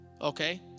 Okay